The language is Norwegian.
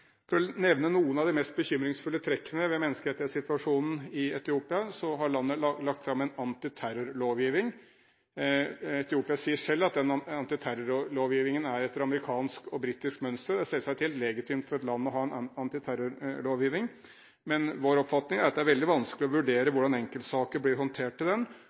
trekkene ved menneskerettighetssituasjonen i Etiopia: Landet har lagt fram en antiterrorlovgiving. Etiopia sier selv at den antiterrorlovgivingen er etter amerikansk og britisk mønster. Det er selvsagt helt legitimt for et land å ha en antiterrorlovgiving, men vår oppfatning er at det er veldig vanskelig å vurdere hvordan enkeltsaker blir håndtert i den,